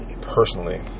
personally